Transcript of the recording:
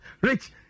Rich